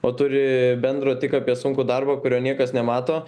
o turi bendro tik apie sunkų darbą kurio niekas nemato